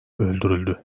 öldürüldü